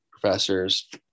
professors